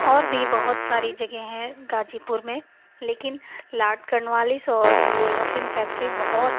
और भी बहुत सारी जगहें हैं गाज़ीपुर में लेकिन यह लॉर्ड कार्नवालिस और अफ़ीम फैक्ट्री यह बहुत